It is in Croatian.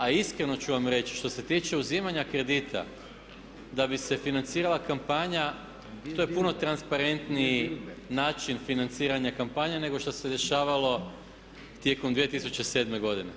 A iskreno ću vam reći što se tiče uzimanja kredita da bi se financirala kampanja to je puno transparentniji način financiranja kampanje nego što se dešavalo tijekom 2007. godine.